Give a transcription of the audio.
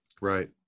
Right